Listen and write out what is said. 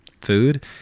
food